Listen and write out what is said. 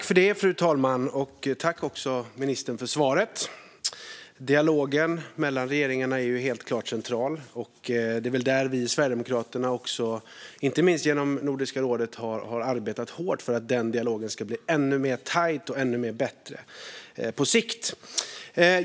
Fru talman! Tack för svaret, ministern! Dialogen mellan regeringarna är helt klart central. Vi sverigedemokrater har också, inte minst genom Nordiska rådet, arbetat hårt för att den dialogen ska bli ännu tajtare och bättre på sikt.